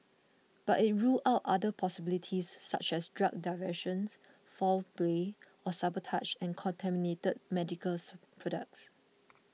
but it ruled out other possibilities such as drug diversion foul play or sabotage and contaminated medical products